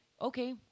Okay